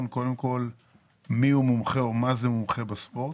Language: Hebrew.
קודם כל מי הוא מומחה או מה זה מומחה בספורט,